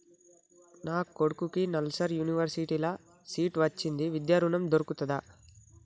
నా కొడుకుకి నల్సార్ యూనివర్సిటీ ల సీట్ వచ్చింది విద్య ఋణం దొర్కుతదా?